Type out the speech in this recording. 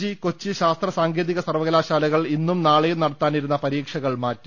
G Kochi ശാസ്ത്ര സാങ്കേതിക സർവകലാശാലകൾ ഇന്നും നാളെയും നടത്താനിരുന്ന പരീക്ഷകൾ മാറ്റി